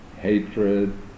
hatred